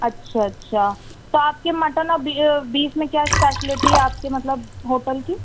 اچھا اچھا تو آپ کے مٹن اور بیف میں کیا اسپیشلٹی ہے آپ کے مطلب ہوٹل کی